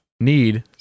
need